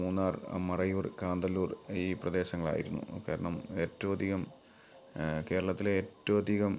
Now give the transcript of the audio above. മൂന്നാർ മറയൂർ കാന്തല്ലൂർ ഈ പ്രദേശങ്ങളായിരുന്നു കാരണം ഏറ്റവും അധികം കേരളത്തിലെ ഏറ്റവും അധികം